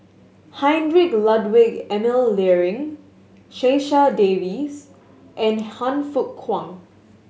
Heinrich Ludwig Emil Luering Checha Davies and Han Fook Kwang